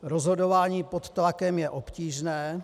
Rozhodování pod tlakem je obtížné.